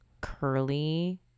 curly